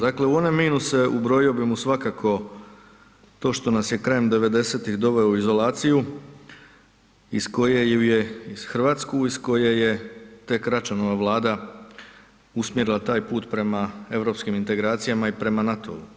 Dakle, u one minuse ubrojio bi mu svakako to što nas je krajem '90. doveo u izolaciju iz koje ju je, Hrvatsku iz koje je tek Račanova vlada usmjerila taj pute prema europskim integracijama i prema NATO-u.